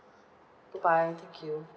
bye bye thank you